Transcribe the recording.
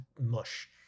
mush